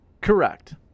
Correct